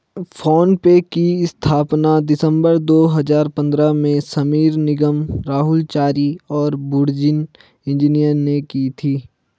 phone पे की स्थापना दिसंबर दो हजार पन्द्रह में समीर निगम, राहुल चारी और बुर्जिन इंजीनियर ने की थी